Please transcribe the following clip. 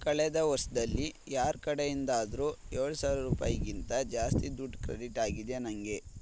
ಕಳೆದ ವರ್ಷದಲ್ಲಿ ಯಾರ ಕಡೆಯಿಂದಾದರೂ ಏಳು ಸಾವಿರ ರೂಪಾಯಿಗಿಂತ ಜಾಸ್ತಿ ದುಡ್ಡು ಕ್ರೆಡಿಟ್ ಆಗಿದೆಯಾ ನನಗೆ